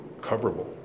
coverable